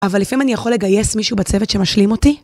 אבל איפה אם אני יכול לגייס מישהו בצוות שמשלים אותי?